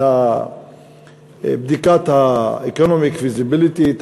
בדיקת ה-economic feasibility,